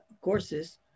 courses